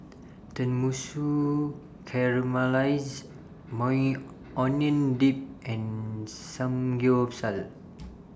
Tenmusu Caramelized Maui Onion Dip and Samgyeopsal